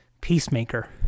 peacemaker